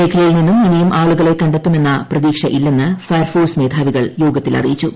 മേഖലയിൽ നിന്നും ഇനിയും ആളുകളെ കണ്ടെത്തുമെന്ന പ്രതീക്ഷ ഇല്ലെന്ന് ഫയർഫോഴ്സ് മേധാവികൾ യോഗത്തിൽ അറിയിച്ചു